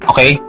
Okay